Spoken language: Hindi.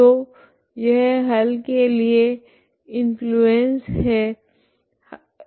तो यह हल के लिए इंफ्लुएंस हल है